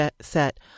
set